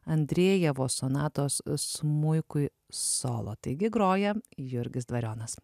andrejevo sonatos smuikui solo taigi groja jurgis dvarionas